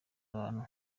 abantu